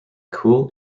kool